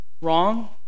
wrong